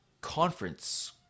conference